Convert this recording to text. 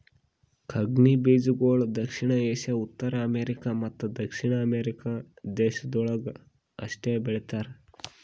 ಕಂಗ್ನಿ ಬೀಜಗೊಳ್ ದಕ್ಷಿಣ ಏಷ್ಯಾ, ಉತ್ತರ ಅಮೇರಿಕ ಮತ್ತ ದಕ್ಷಿಣ ಅಮೆರಿಕ ದೇಶಗೊಳ್ದಾಗ್ ಅಷ್ಟೆ ಬೆಳೀತಾರ